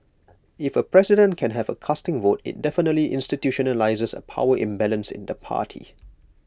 if A president can have A casting vote IT definitely institutionalises A power imbalance in the party